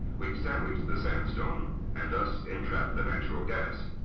which sandwiched the sandstone and thus, entrap the natural gas.